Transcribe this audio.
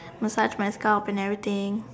massage my scalp and everything